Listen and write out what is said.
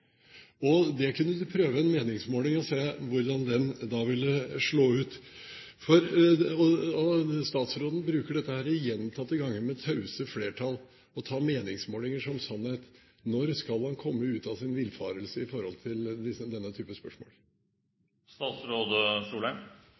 området. Der kunne de prøve en meningsmåling og se hvordan den ville slå ut da. Statsråden bruker dette med tause flertall gjentatte ganger og tar meningsmålinger som sannhet. Når skal han komme ut av sin villfarelse i denne typen spørsmål?